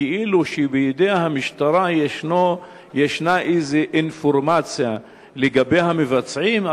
שבידי המשטרה יש איזו אינפורמציה לגבי המבצעים,